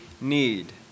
need